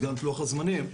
הגדרנו את לוח הזמנים,